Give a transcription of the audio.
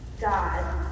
God